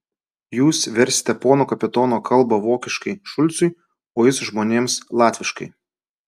jūs versite pono kapitono kalbą vokiškai šulcui o jis žmonėms latviškai